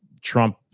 Trump